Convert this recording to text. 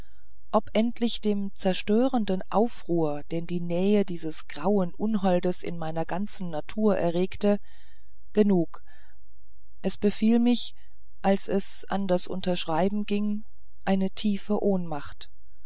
ob endlich dem zerstörenden aufruhr den die nähe dieses grauen unholdes in meiner ganzen natur erregte genug es befiel mich als es an das unterschreiben ging eine tiefe ohnmacht